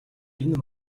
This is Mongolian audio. энэ